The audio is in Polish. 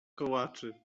kołaczy